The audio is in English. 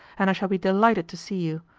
and i shall be delighted to see you.